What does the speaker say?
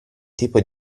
tipo